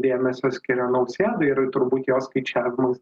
dėmesio skiria nausėdai ir turbūt jo skaičiavimais